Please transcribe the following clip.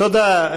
תודה,